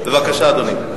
בבקשה, אדוני.